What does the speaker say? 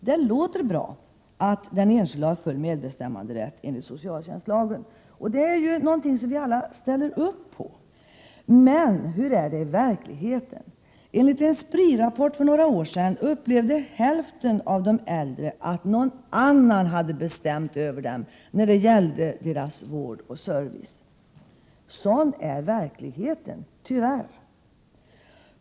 Det låter bra att den enskilde har full medbestämmanderätt enligt socialtjänstlagen. Det är ju någonting som vi alla ställer upp på. Men hur är det verkligheten? Enligt en Spri-rapport för några år sedan upplevde hälften av de äldre att någon annan hade bestämt över dem när det gällde deras vård och service. Sådan är verkligheten — tyvärr.